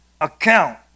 account